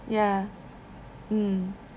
ya mm